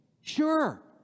Sure